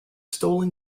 stolen